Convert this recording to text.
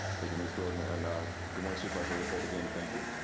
thank you, mrs. jordan, and ah good morning, supervisor leopold. again, thank you.